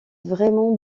vraiment